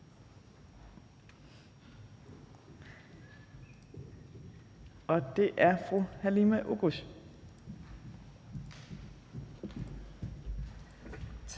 og det er fru Halime Oguz. Kl.